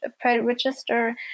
pre-register